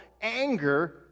anger